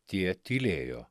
tie tylėjo